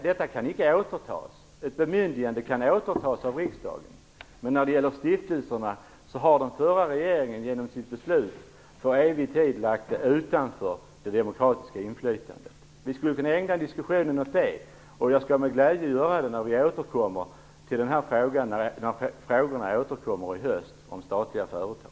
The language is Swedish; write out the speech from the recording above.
Detta kan icke återtas. Ett bemyndigande kan återtas av riksdagen. Men när det gäller stiftelserna har den förra regeringen genom sitt beslut för evig tid lagt dem utanför det demokratiska inflytandet. Vi skulle kunna ägna diskussionen åt det. Jag skall med glädje göra det när vi i höst återkommer till frågan om statliga företag.